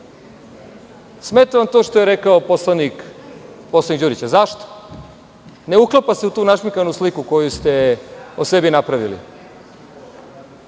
Smeta vam to što je rekao poslanik Đurić. Zašto? Ne uklapa se u tu našminkanu sliku koju ste o sebi napravili.